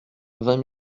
vingt